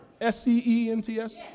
S-C-E-N-T-S